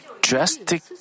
drastic